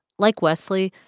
like wesley,